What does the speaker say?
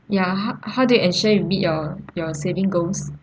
ya ho~ how do you ensure you meet your your saving goals